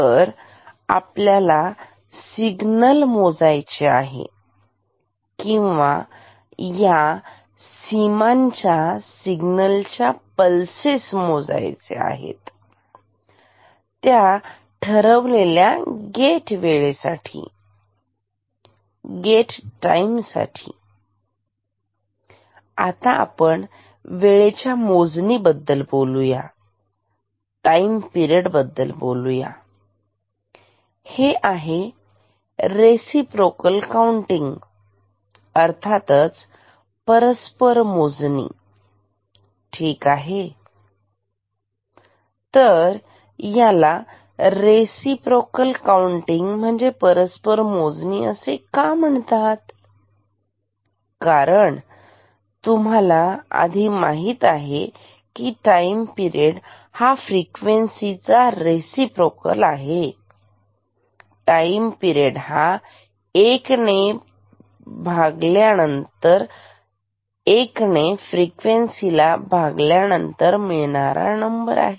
तर आपल्याला सिग्नल मोजायचे आहे किंवा या सीमांच्या सिग्नलच्या पल्सेस मोजायचे आहेत त्या ठरवलेल्या गेट वेळे साठी गेट टाईम साठी आता आपण वेळेच्या मोजणी बद्दल बोलूया टाईम पिरेड बद्दल बोलूया हे आहे रेसीप्रोकल काउंटिंग अर्थातच परस्पर मोजणी ठीक आहे तर यांना रिसिप्रोकल काउंटिंग म्हणजे परस्पर मोजणी असे का म्हणतात कारण तुम्हाला आधी माहित आहे की टाईम पिरेड हा फ्रिक्वेन्सी चा रिसिप्रोकल आहे तर टाईम पिरेड हा एक भागिले फ्रिक्वेन्सी असा आहे